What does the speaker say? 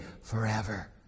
forever